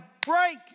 break